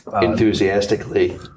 Enthusiastically